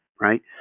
right